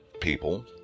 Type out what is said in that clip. people